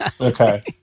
Okay